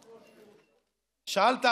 שאלת,